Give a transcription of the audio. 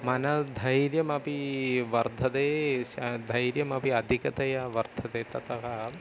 मनो धैर्यमपी वर्धते श धैर्यमपि अधिकतया वर्धते ततः